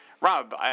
Rob